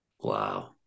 wow